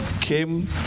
came